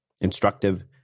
instructive